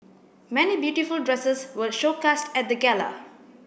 many beautiful dresses were show cast at the gala